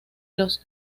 los